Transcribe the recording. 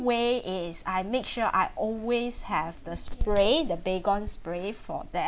way is I make sure I always have the spray the baygon spray for them